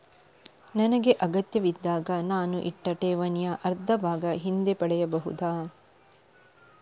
ನನಗೆ ಅಗತ್ಯವಿದ್ದಾಗ ನಾನು ಇಟ್ಟ ಠೇವಣಿಯ ಅರ್ಧಭಾಗ ಹಿಂದೆ ಪಡೆಯಬಹುದಾ?